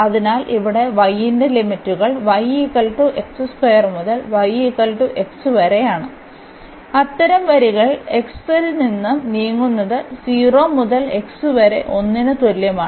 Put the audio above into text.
അതിനാൽ ഇവിടെ y ന്റെ ലിമിറ്റുകൾ y മുതൽ yx വരെയാണ് അത്തരം വരികൾ x ൽ നിന്ന് നീങ്ങുന്നത് 0 മുതൽ x വരെ 1 ന് തുല്യമാണ്